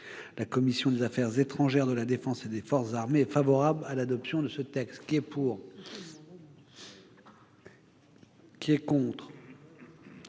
La commission des affaires étrangères, de la défense et des forces armées est favorable à l'adoption de ce texte. Je mets aux voix le texte